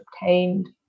obtained